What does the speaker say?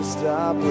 stop